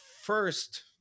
first